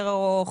יותר ארוך.